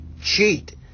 cheat